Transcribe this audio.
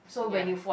ya